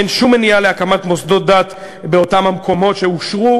אין שום מניעה להקים מוסדות דת באותם המקומות שאושרו,